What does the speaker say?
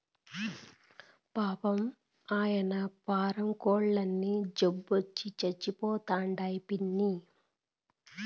పాపం, ఆయన్న పారం కోల్లన్నీ జబ్బొచ్చి సచ్చిపోతండాయి పిన్నీ